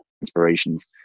inspirations